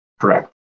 Correct